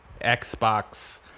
Xbox